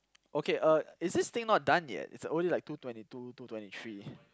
okay uh is this thing not done yet it's only like two twenty two two twenty three